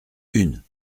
une